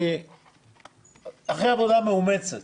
אחרי עבודה מאומצת